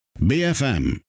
BFM